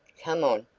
come on,